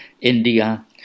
India